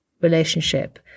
relationship